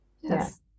Yes